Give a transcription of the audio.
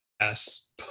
yes